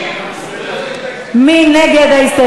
מי נגד?